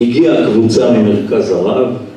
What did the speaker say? הגיעה הקבוצה ממרכז הרב